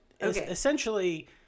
essentially